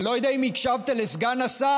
אני לא יודע אם הקשבת לסגן השר,